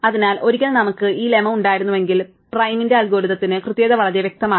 അതിനാൽ ഒരിക്കൽ നമുക്ക് ഈ ലെമ്മ ഉണ്ടായിരുന്നെങ്കിൽ പ്രൈമിന്റെ അൽഗോരിത്തിന്റെ കൃത്യത വളരെ വ്യക്തമാണ്